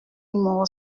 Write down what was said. numéro